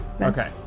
Okay